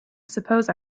suppose